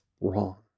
wrong